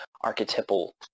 archetypal